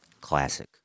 Classic